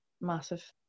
massive